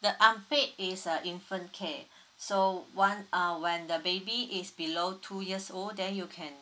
the unpaid is a infant care so one uh when the baby is below two years old then you can